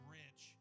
rich